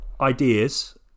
ideas